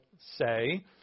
say